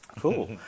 Cool